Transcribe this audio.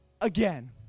again